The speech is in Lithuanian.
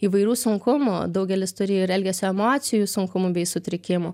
įvairių sunkumų daugelis turi ir elgesio emocijų sunkumų bei sutrikimų